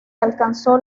alcanzó